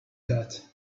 that